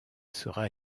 sera